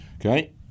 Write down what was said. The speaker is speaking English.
okay